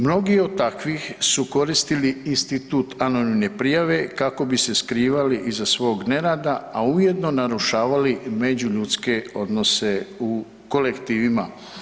Mnogi od takvih su koristili institut anonimne prijave kako bi se skrivali iza svog nerada, a ujedno narušavali međuljudske odnose u kolektivima.